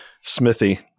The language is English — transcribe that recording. smithy